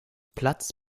platz